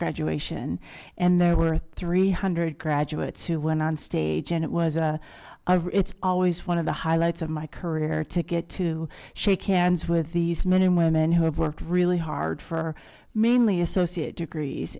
graduation and there were three hundred graduates who went on stage and it was a it's always one of the highlights of my career ticket to see cannes with these men and women who have worked really hard for mainly associate degrees